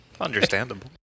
understandable